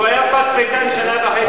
שהוא היה פטפטן שנה וחצי.